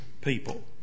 people